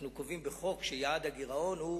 אנחנו קובעים בחוק שיעד הגירעון הוא